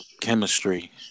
chemistry